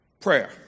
Prayer